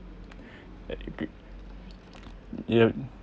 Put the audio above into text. I agree yup